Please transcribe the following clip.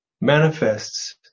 manifests